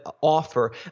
offer